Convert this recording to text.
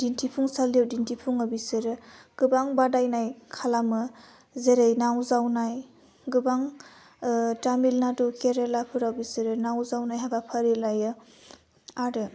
दिन्थिफुं सालियाव दिन्थिफुङो बिसोरो गोबां बादायनाय खालामो जेरै नाव जावनाय गोबां तामिल नाडु केरेलाफोराव बिसोरो नाव जावनाय हाबाफारि लायो आरो